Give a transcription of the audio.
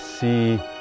see